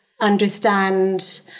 understand